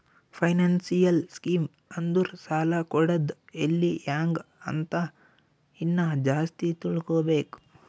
financial scheme ಅಂದುರ್ ಸಾಲ ಕೊಡದ್ ಎಲ್ಲಿ ಹ್ಯಾಂಗ್ ಅಂತ ಇನ್ನಾ ಜಾಸ್ತಿ ತಿಳ್ಕೋಬೇಕು